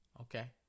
Okay